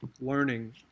learning